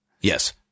Yes